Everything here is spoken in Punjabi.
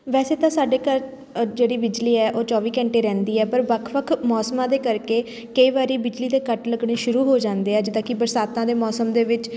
ਵੈਸੇ ਤਾਂ ਸਾਡੇ ਘਰ ਜਿਹੜੀ ਬਿਜਲੀ ਹੈ ਉਹ ਚੌਵੀ ਘੰਟੇ ਰਹਿੰਦੀ ਹੈ ਪਰ ਵੱਖ ਵੱਖ ਮੌਸਮਾਂ ਦੇ ਕਰਕੇ ਕਈ ਵਾਰੀ ਬਿਜਲੀ ਦੇ ਕੱਟ ਲੱਗਣੇ ਸ਼ੁਰੂ ਹੋ ਜਾਂਦੇ ਆ ਜਿੱਦਾਂ ਕਿ ਬਰਸਾਤਾਂ ਦੇ ਮੌਸਮ ਦੇ ਵਿੱਚ